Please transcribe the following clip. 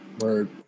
Word